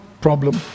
problem